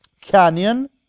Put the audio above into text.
canyon